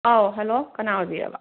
ꯑꯥꯥꯎ hello ꯀꯅꯥ ꯑꯣꯏꯕꯤꯔꯕ